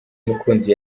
mukunzi